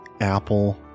apple